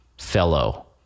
fellow